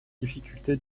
difficulté